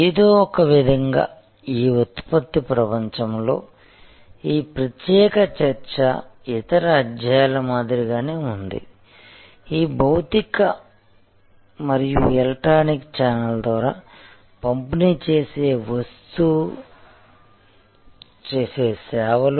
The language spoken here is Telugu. ఏదో ఒక విధంగా ఈ ఉత్పత్తి ప్రపంచంలో ఈ ప్రత్యేక చర్చ ఇతర అధ్యాయాల మాదిరిగానే ఉంది ఈ భౌతిక మరియు ఎలక్ట్రానిక్ చానెళ్ల ద్వారా పంపిణీ చేసే సేవలు